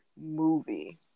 movie